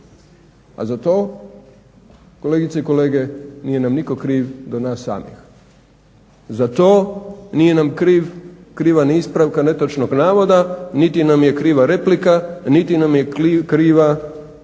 a za to kolegice i kolege nije nam nitko kriv do nas samih. Za to nije nam kriva ni ispravka netočnog navoda niti nam je kriva replika, niti nam je kriva